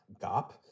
Gop